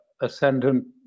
ascendant